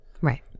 Right